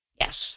Yes